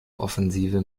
offensive